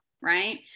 right